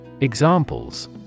Examples